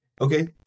Okay